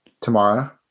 Tomorrow